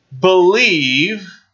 believe